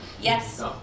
yes